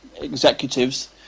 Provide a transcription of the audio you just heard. executives